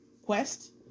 quest